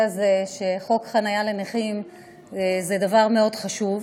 הזה של חוק חניה לנכים הוא מאוד חשוב,